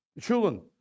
Children